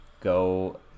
go